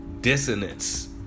dissonance